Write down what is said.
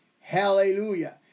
Hallelujah